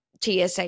TSA